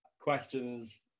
questions